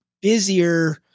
busier